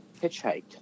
hitchhiked